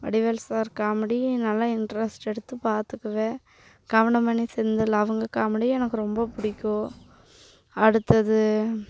Vadivel sir comedy நல்லா interest எடுத்து பார்த்துக்குவேன் கவுண்டமணி செந்தில் அவங்க காமெடியும் எனக்கு ரொம்ப பிடிக்கும் அடுத்தது